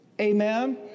Amen